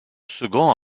second